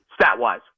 stat-wise